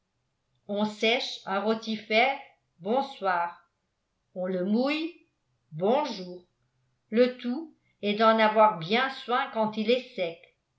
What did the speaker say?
on sèche un rotifère bonsoir on le mouille bonjour le tout est d'en avoir bien soin quand il est sec